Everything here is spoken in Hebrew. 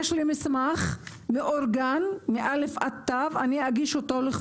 יש לי מסמך מאורגן מא' עד ת' שאני אגיש לך.